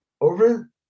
over